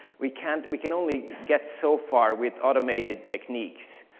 we can we can only get so far with automated techniques.